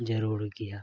ᱡᱟᱹᱨᱩᱲ ᱜᱮᱭᱟ